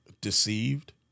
deceived